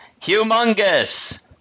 humongous